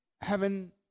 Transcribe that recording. Heaven